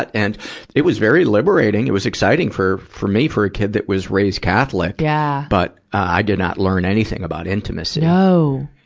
but and it was very liberating. it was exciting for, for me, for a kid that was raised catholic. yeah but i did not learn anything about intimacy. no!